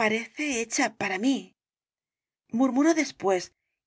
parece hecha para mí murmuró después